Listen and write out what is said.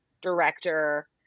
director